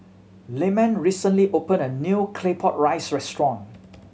Lyman recently opened a new Claypot Rice restaurant